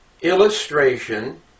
illustration